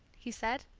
he said.